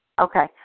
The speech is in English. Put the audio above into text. Okay